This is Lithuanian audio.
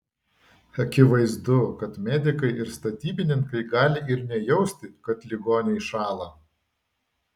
akivaizdu kad medikai ir statybininkai gali ir nejausti kad ligoniai šąla